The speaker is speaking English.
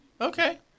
Okay